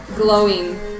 glowing